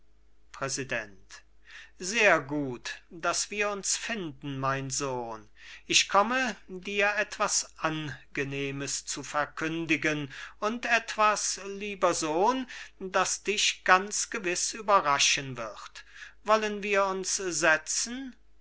präsident sehr gut daß wir uns finden mein sohn ich komme dir etwas angenehmes zu verkündigen und etwas lieber sohn das dich ganz gewiß überraschen wird wollen wir uns setzen